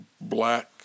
black